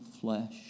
flesh